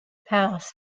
passed